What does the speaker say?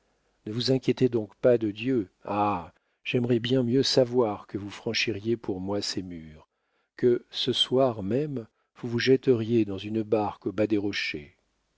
ne vous inquiétez donc pas de dieu ah j'aimerais bien mieux savoir que vous franchiriez pour moi ces murs que ce soir même vous vous jetteriez dans une barque au bas des rochers